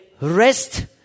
rest